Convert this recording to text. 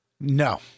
No